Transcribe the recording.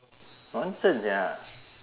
nonsense sia